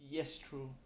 yes true